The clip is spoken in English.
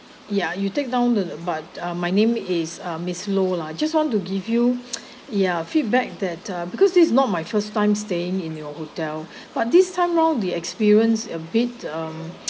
ya you take down the but uh my name is uh miss law lah just want to give you yeah feedback that uh because this is not my first time staying in your hotel but this time round the experience a bit um